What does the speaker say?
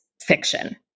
fiction